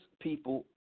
people